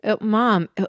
Mom